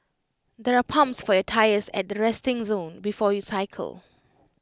there are pumps for your tyres at the resting zone before you cycle